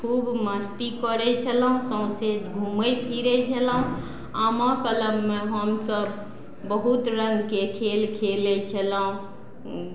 खूब मस्ती करय छलहुँ सौंसे घुमय फिरय छलहुँ आमक लगमे हमसब बहुत रङ्गके खेल खेलय छलहुँ